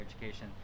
education